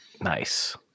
nice